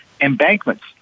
embankments